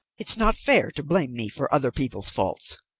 it's not fair to blame me for other people's faults.